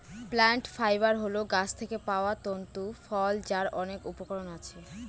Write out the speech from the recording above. plant fiber হল গাছ থেকে পাওয়া তন্তু ফল যার অনেক উপকরণ আছে